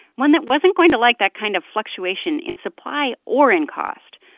one that wasn't going to like that kind of fluctuation in supply or in cost.